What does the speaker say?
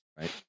right